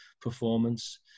performance